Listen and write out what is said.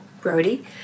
Brody